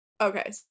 Okay